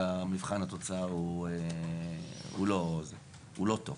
ומבחן התוצאה הוא לא טוב.